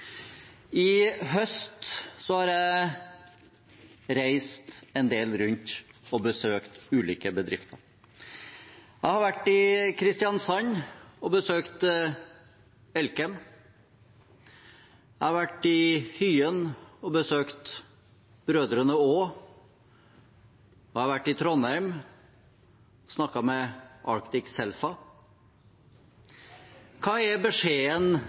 I høst har jeg reist en del rundt og besøkt ulike bedrifter. Jeg har vært i Kristiansand og besøkt Elkem, jeg har vært i Hyen og besøkt Brødrene Aa, jeg har vært i Trondheim og snakket med Selfa Arctic. Hva er beskjeden